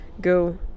go